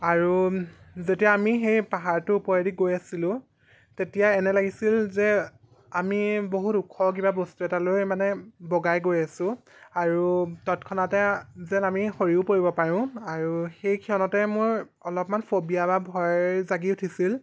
আৰু যেতিয়া আমি সেই পাহাৰটো ওপৰেদি গৈ আছিলোঁ তেতিয়া এনে লাগিছিল যে আমি বহুত ওখ কিবা বস্তু এটালৈ মানে বগাই গৈ আছো আৰু তৎক্ষণাতে যেন আমি সৰিও পৰিব পাৰোঁ আৰু সেই ক্ষণতে মোৰ অলপমান ফবিয়া বা ভয় জাগি উঠিছিল